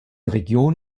region